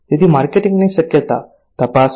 તેથી માર્કેટિંગની શક્યતા તપાસો